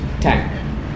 Tank